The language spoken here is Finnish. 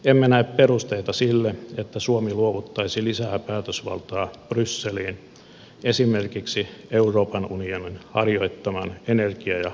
emme näe perusteita sille että suomi luovuttaisi lisää päätösvaltaa brysseliin esimerkiksi euroopan unionin harjoittaman energia ja ilmastopolitiikan varjolla